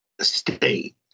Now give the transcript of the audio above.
state